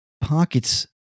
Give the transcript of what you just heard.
pockets